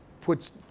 puts